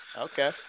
Okay